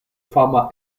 fama